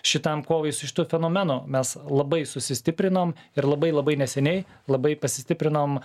šitam kovai su šituo fenomenu mes labai sustiprinom ir labai labai neseniai labai pasistiprinom